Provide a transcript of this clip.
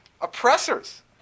oppressors